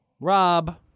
Rob